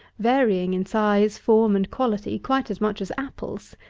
varying in size, form, and quality, quite as much as apples.